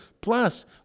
plus